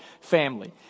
family